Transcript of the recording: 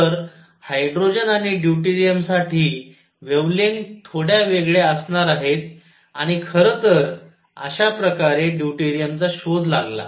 तर हायड्रोजन आणि ड्यूटेरियमसाठी वेव्हलेंग्थ थोड्या वेगळ्या असणार आहेत आणि खरं तर अशा प्रकारे ड्यूटेरियमचा शोध लागला